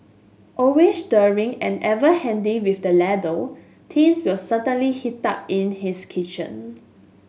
always stirring and ever handy with the ladle things will certainly heat up in his kitchen